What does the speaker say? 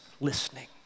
listening